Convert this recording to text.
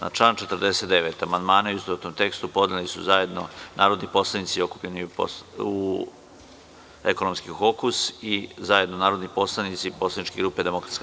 Na član 49. amandmane u istovetnom tekstu podneli su zajedno narodni poslanici Ekonomskog kokusa, i zajedno narodni poslanici poslaničke grupe DS.